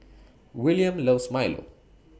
Willaim loves Milo